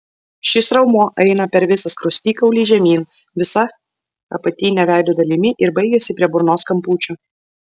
šis raumuo eina per skruostikaulį žemyn visa apatine veido dalimi ir baigiasi prie burnos kampučių